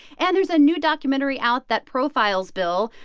and there's a new documentary out that profiles bill.